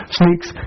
sneaks